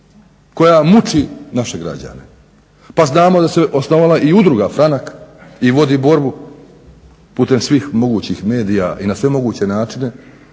koja muči naše građane? Pa znamo da se osnovala i Udruga "Franak" i vodi borbu putem svih mogućih medija i na sve moguće načine